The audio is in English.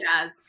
jazz